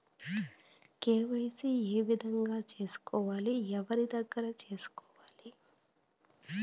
KYC ఏ విధంగా సేసుకోవాలి? ఎవరి దగ్గర సేసుకోవాలి?